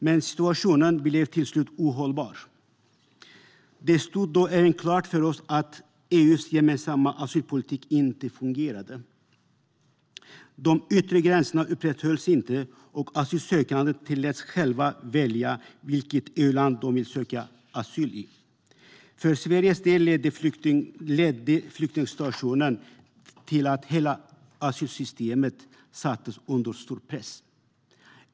Men situationen blev till slut ohållbar. Det stod då även klart för oss att EU:s gemensamma asylpolitik inte fungerade. De yttre gränserna upprätthölls inte, och asylsökande tilläts själva välja det EU-land de ville söka asyl i. För Sveriges del ledde flyktingsituationen till att hela asylsystemet sattes under stor press.